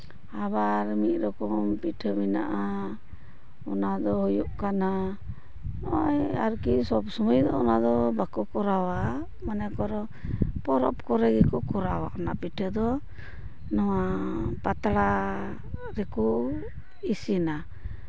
ᱟᱵᱟᱨ ᱢᱤᱫ ᱨᱚᱠᱚᱢ ᱯᱤᱴᱷᱟᱹ ᱢᱮᱱᱟᱜᱼᱟ ᱚᱱᱟ ᱫᱚ ᱦᱩᱭᱩᱜ ᱠᱟᱱᱟ ᱱᱚᱜᱼᱚᱭ ᱟᱨᱠᱤ ᱥᱚᱵ ᱥᱚᱢᱚᱭ ᱚᱱᱟ ᱫᱚ ᱵᱟᱠᱚ ᱠᱚᱨᱟᱣᱟ ᱢᱚᱱᱮ ᱠᱚᱨᱚ ᱯᱚᱨᱚᱵᱽ ᱠᱚᱨᱮ ᱜᱮᱠᱚ ᱠᱚᱨᱟᱣᱟ ᱚᱱᱟ ᱯᱤᱴᱷᱟᱹ ᱫᱚ ᱱᱚᱶᱟ ᱯᱟᱛᱲᱟ ᱨᱮᱠᱚ ᱤᱥᱤᱱᱟ